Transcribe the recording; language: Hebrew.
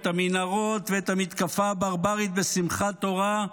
את המנהרות ואת המתקפה הברברית בשמחת תורה,